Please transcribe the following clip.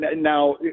Now